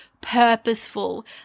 purposeful